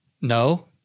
no